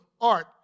art